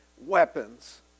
weapons